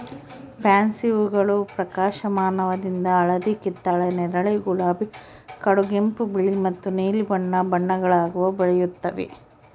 fancy ಹೂಗಳು ಪ್ರಕಾಶಮಾನವಾದ ಹಳದಿ ಕಿತ್ತಳೆ ನೇರಳೆ ಗುಲಾಬಿ ಕಡುಗೆಂಪು ಬಿಳಿ ಮತ್ತು ನೀಲಿ ಬಣ್ಣ ಬಣ್ಣಗುಳಾಗ ಬೆಳೆಯುತ್ತವೆ